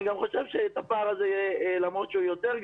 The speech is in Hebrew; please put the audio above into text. אני גם חושב שלמרות שכאן הפער הוא יותר גדול,